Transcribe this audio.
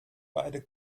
beide